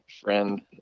friend